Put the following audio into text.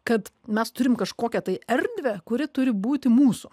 kad mes turime kažkokią tai erdvę kuri turi būti mūsų